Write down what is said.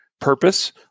purpose